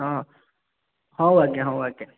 ହଁ ହଉ ଆଜ୍ଞା ହଉ ଆଜ୍ଞା